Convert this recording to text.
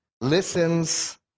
listens